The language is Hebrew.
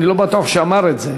אני לא בטוח שהוא אמר את זה,